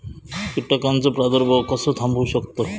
कीटकांचो प्रादुर्भाव कसो थांबवू शकतव?